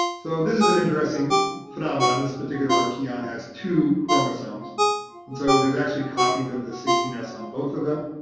so this is an interesting phenomenon. this particular archaeon has two chromosomes and so there's actually copies of the sixteen s on both of them.